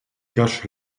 cache